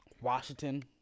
Washington